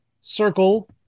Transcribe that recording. circle